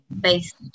based